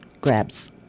grabs